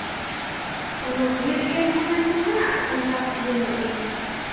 ᱚ ᱵᱷᱤᱲ ᱜᱮ ᱛᱟᱦᱮᱱᱟᱠᱤ ᱱᱟᱦᱟᱜ ᱚᱱᱠᱟ ᱤᱭᱟᱹ ᱧᱚᱜ ᱜᱮ